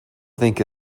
think